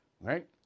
Right